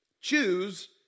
Choose